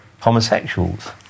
homosexuals